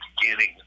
beginning